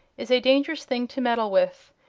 is a dangerous thing to meddle with.